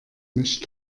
mich